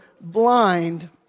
blind